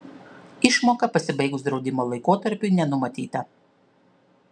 išmoka pasibaigus draudimo laikotarpiui nenumatyta